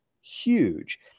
huge